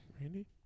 Randy